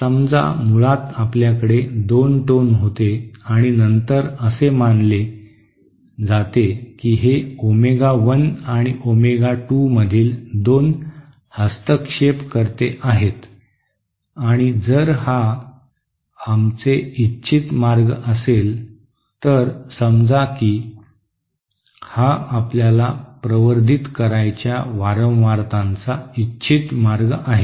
समजा मुळात आपल्याकडे दोन टोन होते आणि नंतर असे मानले जाते की हे ओमेगा 1 आणि ओमेगा 2 मधील दोन हस्तक्षेपकर्ते आहेत आणि जर हा आमचे इच्छित मार्ग असेल तर समजा की हा आपल्याला प्रवर्धित करायच्या वारंवारतांचा इच्छित मार्ग आहे